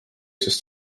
sest